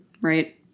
right